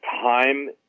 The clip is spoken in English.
time